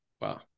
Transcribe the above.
Wow